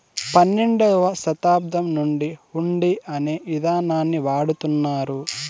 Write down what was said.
పన్నెండవ శతాబ్దం నుండి హుండీ అనే ఇదానాన్ని వాడుతున్నారు